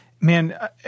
man